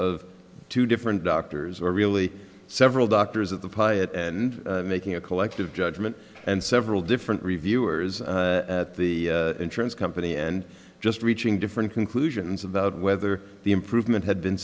of two different doctors or really several doctors of the piat and making a collective judgment and several different reviewers at the insurance company and just reaching different conclusions about whether the improvement had been